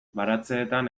baratzeetan